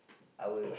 I will